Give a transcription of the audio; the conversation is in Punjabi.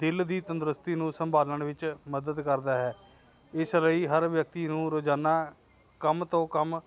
ਦਿਲ ਦੀ ਤੰਦਰੁਸਤੀ ਨੂੰ ਸੰਭਾਲਣ ਵਿੱਚ ਮਦਦ ਕਰਦਾ ਹੈ ਇਸ ਲਈ ਹਰ ਵਿਅਕਤੀ ਨੂੰ ਰੋਜ਼ਾਨਾ ਕਮ ਤੋਂ ਕਮ